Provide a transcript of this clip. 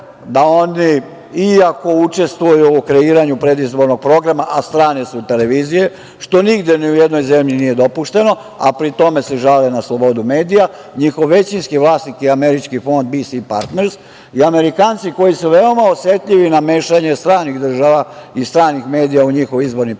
da oni, iako učestvuju u kreiranju predizbornog programa, a strane su televizije, što nigde ni u jednoj zemlji nije dopušteno, a pri tome se žale na slobodu medija… Njihov većinski vlasnik je američki VS partners i Amerikanci koji su veoma osetljivi na mešanje stranih država i stranih medija u njihov izborni proces